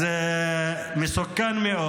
אז מסוכן מאוד.